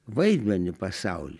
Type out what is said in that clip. vaidmenį pasauly